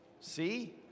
See